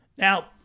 Now